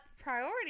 priority